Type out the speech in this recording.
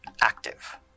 active